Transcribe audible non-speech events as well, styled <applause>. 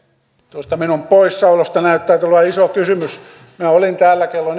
tuosta minun poissaolostani näyttää tulevan iso kysymys minä olin täällä kello <unintelligible>